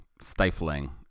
stifling